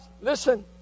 listen